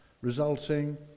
resulting